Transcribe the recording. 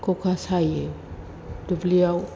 खखा सायो दुब्लियाव